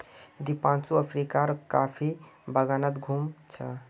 दीपांशु अफ्रीकार कॉफी बागानत घूम छ